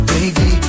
Baby